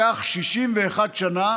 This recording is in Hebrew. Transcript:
ועברו 61 שנה